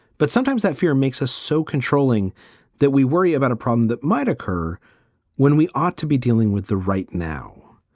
but sometimes that fear makes us so controlling that we worry about a problem that might occur when we ought to be dealing with the right now.